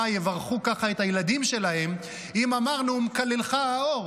יברכו ככה את הילדים שלך אם אמרנו "ומקללך אאור"?